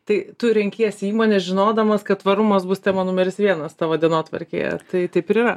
tai tu renkiesi įmonę žinodamas kad tvarumas bus tema numeris vienas tavo dienotvarkėje tai taip ir yra